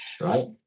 right